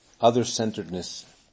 Other-Centeredness